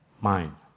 mind